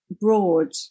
broad